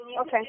Okay